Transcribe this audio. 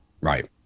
right